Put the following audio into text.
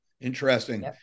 interesting